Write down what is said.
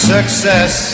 Success